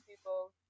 people